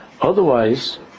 Otherwise